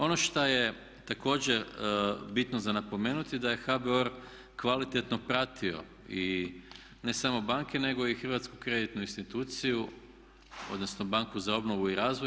Ono šta je također bitno za napomenuti da je HBOR kvalitetno pratio i ne samo banke nego i Hrvatsku kreditnu instituciju, odnosno banku za obnovu i razvoj.